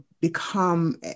become